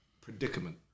predicament